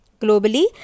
Globally